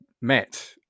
met